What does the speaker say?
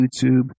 YouTube